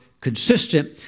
consistent